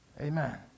Amen